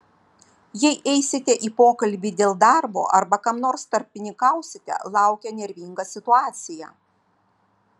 jei eisite į pokalbį dėl darbo arba kam nors tarpininkausite laukia nervinga situacija